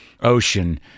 ocean